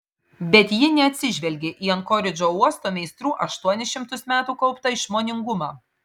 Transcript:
bet ji neatsižvelgė į ankoridžo uosto meistrų aštuonis šimtus metų kauptą išmoningumą